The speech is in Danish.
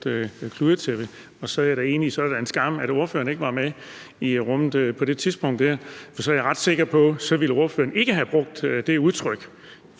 Og jeg er da enig i, at det da er en skam, at ordføreren ikke var med i rummet på det tidspunkt, for jeg er ret sikker på, at ordføreren ikke ville have brugt det udtryk,